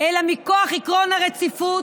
אלא מכוח עקרון הרציפות,